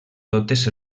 totes